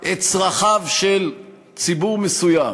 את צרכיו של ציבור מסוים